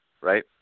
right